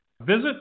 Visit